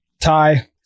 tie